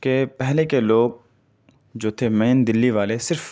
کہ پہلے کے لوگ جو تھے مین دلی والے صرف